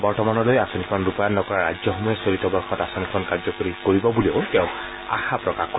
বৰ্তমানলৈ আঁচনিখন ৰূপায়ণ নকৰা ৰাজ্যসমূহে চলিত বৰ্ষত আঁচনিখন কাৰ্যকৰী কৰিব বুলিও তেওঁ আশা প্ৰকাশ কৰে